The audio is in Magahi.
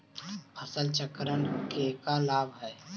फसल चक्रण के का लाभ हई?